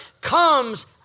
comes